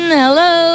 hello